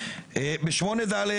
פתאום עכשיו --- גזענות כל כך מגעילה.